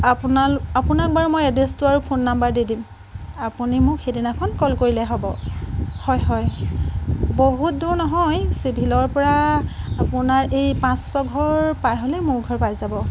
আপোনা আপোনাক বাৰু মই এড্ৰেছটো আৰু ফোন নম্বৰ দি দিম আপুনি মোক সিদিনাখন ক'ল কৰিলেই হ'ব হয় হয় বহুত দূৰ নহয় চিভিলৰ পৰা আপোনাৰ এই পাঁচ ছয় ঘৰ পাৰ হ'লেই মোৰ ঘৰ পাই যাব